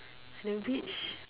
the beach